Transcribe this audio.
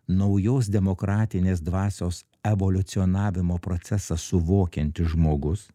naujos demokratinės dvasios evoliucionavimo procesą suvokiantis žmogus